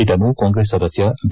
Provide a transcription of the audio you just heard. ಇದನ್ನು ಕಾಂಗ್ರೆಸ್ ಸದಸ್ಯ ಬಿ